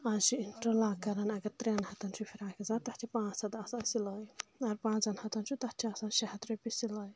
اَز چھِ اِنٹرل کران اگر ترٛؠن ہتن چھُ فِراق اِزار تَتھ چھِ پانٛژھ ہَتھ آسان سِلاے اگر پانٛژَن ہتن چھُ تَتھ چھِ آسان شےٚ ہَتھ رۄپیہِ سِلاے